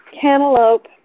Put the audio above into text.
cantaloupe